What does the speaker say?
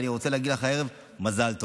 ואני רוצה להגיד לך הערב מזל טוב.